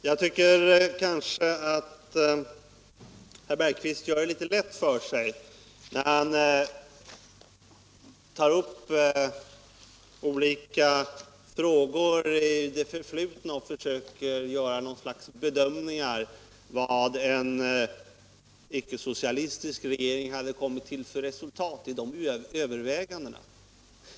Herr talman! Jag tycker att herr Jan Bergqvist i Göteborg gör det lätt för sig när han tar upp olika frågor i det förflutna och försöker bedöma vad en icke socialistisk regering skulle ha kommit till för resultat vid sina överväganden.